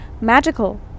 magical